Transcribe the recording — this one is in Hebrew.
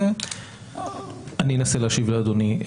אני אנסה להשיב לאדוני.